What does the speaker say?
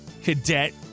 cadet